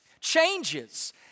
Changes